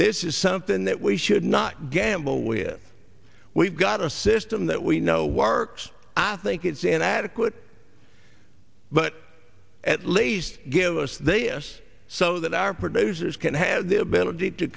this is something that we should not gamble with it we've got a system that we know works i think it's an adequate but at least give us they us so that our producers can have the ability to